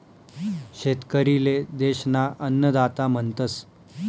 शेतकरी ले देश ना अन्नदाता म्हणतस